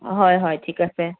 হয় হয় ঠিক আছে